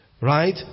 Right